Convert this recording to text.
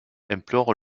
implore